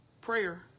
prayer